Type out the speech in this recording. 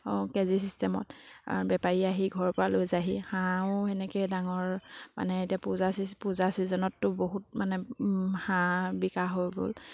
আৰু K G চিষ্টেমত বেপাৰী আহি ঘৰৰপৰা লৈ যায়হি হাঁহো সেনেকৈ ডাঙৰ মানে এতিয়া পূজা পূজা ছিজনততো বহুত মানে হাঁহ বিকা হৈ গ'ল